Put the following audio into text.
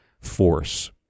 force